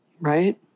Right